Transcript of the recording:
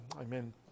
Amen